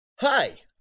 Hi